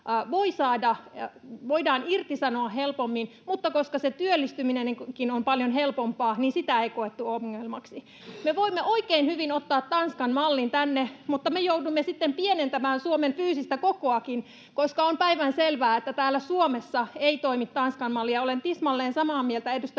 voidaan irtisanoa helpommin, mutta koska työllistyminenkin on paljon helpompaa, sitä ei koettu ongelmaksi. Me voimme oikein hyvin ottaa Tanskan-mallin tänne, mutta me joudumme sitten pienentämään Suomen fyysistä kokoakin, koska on päivänselvää, että täällä Suomessa ei toimi Tanskan-malli. Olen tismalleen samaa mieltä edustaja